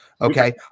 okay